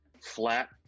flat